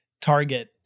target